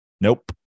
nope